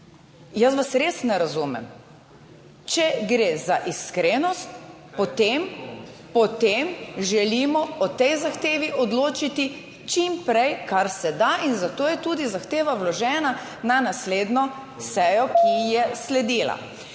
Jaz vas res ne razumem. Če gre za iskrenost, potem želimo o tej zahtevi odločiti čim prej, kar se da. In zato je tudi zahteva vložena na naslednjo sejo, ki ji je sledila.